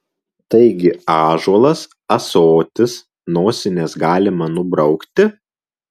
taigi ąžuolas ąsotis nosines galima nubraukti